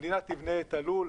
שהמדינה תבנה את הלול,